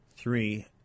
Three